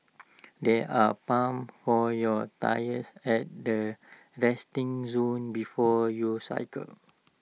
there are pumps for your tyres at the resting zone before your cycle